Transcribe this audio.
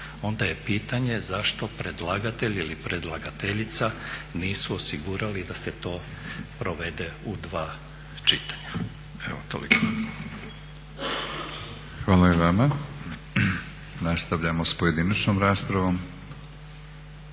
onda je pitanje zašto predlagatelj ili predlagateljica nisu osigurali da se to provede u dva čitanja. Evo toliko. **Batinić, Milorad (HNS)** Hvala i vama. Nastavljamo s pojedinačnom raspravom.